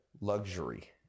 luxury